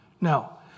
No